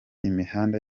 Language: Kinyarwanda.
imihanda